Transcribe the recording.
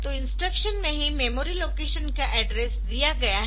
तो इंस्ट्रक्शन में ही मेमोरी लोकेशन का एड्रेस दिया गया है